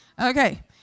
okay